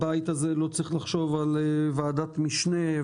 הבית הזה לא צריך לחשוב על ועדת משנה,